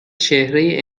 چهره